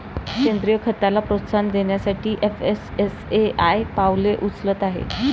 सेंद्रीय खताला प्रोत्साहन देण्यासाठी एफ.एस.एस.ए.आय पावले उचलत आहे